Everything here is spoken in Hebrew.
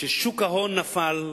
כששוק ההון נפל,